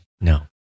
No